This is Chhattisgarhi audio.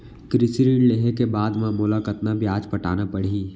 कृषि ऋण लेहे के बाद म मोला कतना ब्याज पटाना पड़ही?